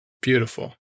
Beautiful